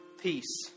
Peace